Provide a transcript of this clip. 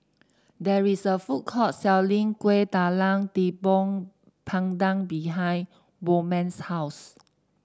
there is a food court selling Kueh Talam Tepong Pandan behind Bowman's house